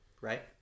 Right